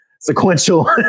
sequential